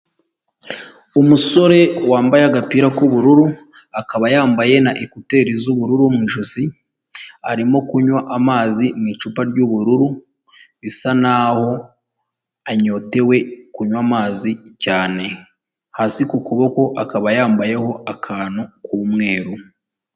Umusore wambaye agapira k'ubururu, akaba yambaye na ekuteri z'ubururu mu ijosi, arimo kunywa amazi mu icupa ry'ubururu, bisa naho anyotewe kunywa amazi cyane, hasi ku kuboko akaba yambayeho akantu k'umweru.